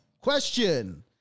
Question